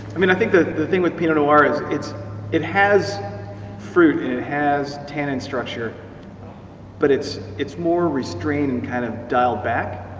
i mean i think that the thing with pinot noir is its it has fruit and it has tannin structure but its it's more restrained and kind of dialed back.